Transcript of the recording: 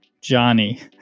johnny